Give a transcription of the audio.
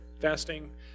fasting